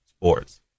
sports